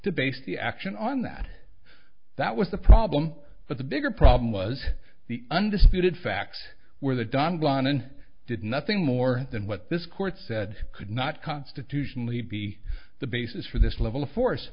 to base the action on that that was the problem but the bigger problem was the undisputed facts where the don gone and did nothing more than what this court said could not constitutionally be the basis for this level of force